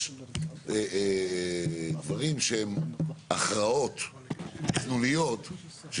יש דברים שהם הכרעות תכנוניות,